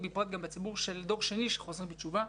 ובפרט גם בציבור של דור שני של חוזרים בתשובה,